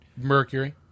Mercury